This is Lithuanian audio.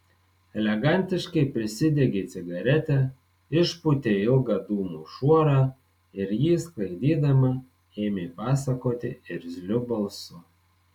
elegantiškai prisidegė cigaretę išpūtė ilgą dūmų šuorą ir jį sklaidydama ėmė pasakoti irzliu balsu